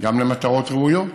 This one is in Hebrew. גם למטרות ראויות,